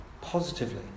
Positively